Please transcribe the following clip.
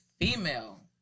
female